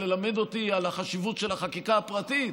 ללמד אותי על החשיבות של החקיקה הפרטית?